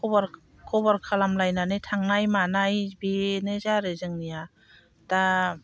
खबर खबर खालाम लायनानै थांनाय मानाय बेनो आरो जोंनिया दा